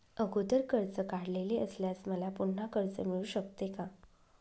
अगोदर कर्ज काढलेले असल्यास मला पुन्हा कर्ज मिळू शकते का?